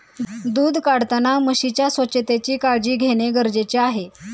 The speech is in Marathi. दूध काढताना म्हशीच्या स्वच्छतेची काळजी घेणे गरजेचे आहे